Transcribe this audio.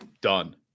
Done